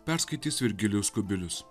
perskaitys virgilijus kubilius